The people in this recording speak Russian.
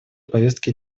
повестки